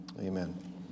Amen